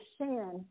sin